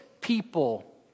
people